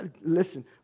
Listen